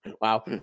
Wow